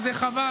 וזה חבל.